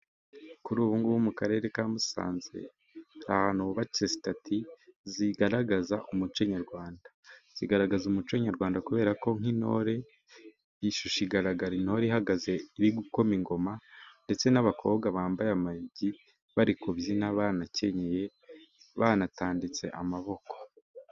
Kuri ubu ngubu mu Karere ka Musanze, hari ahantu hubatse sitati zigaragaza umuco nyarwanda, zigaragaza umuco nyarwanda kubera ko nk'intore, ishusho igaragara intore ihagaze, iri gukoma ingoma ndetse n'abakobwa bambaye amayugi, bari kubyina banakenyeye, banatanditse amaboko.